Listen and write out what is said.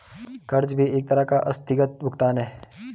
कर्ज भी एक तरह का आस्थगित भुगतान है